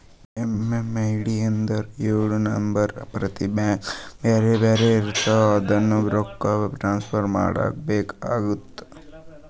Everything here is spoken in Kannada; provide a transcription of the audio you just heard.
ಎಮ್.ಎಮ್.ಐ.ಡಿ ಅಂದುರ್ ಎಳು ನಂಬರ್ ಪ್ರತಿ ಬ್ಯಾಂಕ್ಗ ಬ್ಯಾರೆ ಬ್ಯಾರೆ ಇರ್ತಾವ್ ಆನ್ಲೈನ್ ರೊಕ್ಕಾ ಟ್ರಾನ್ಸಫರ್ ಮಾಡಾಗ ಬೇಕ್ ಆತುದ